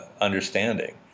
understanding